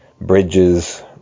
bridges